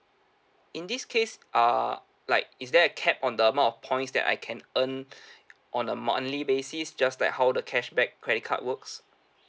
in this case err like is there a cap on the amount of points that I can earn on a monthly basis just like how the cashback credit card works